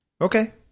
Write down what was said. Okay